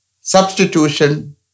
substitution